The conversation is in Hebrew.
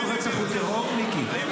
כל רצח הוא טרור, מיקי?